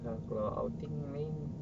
ha kalau outing lain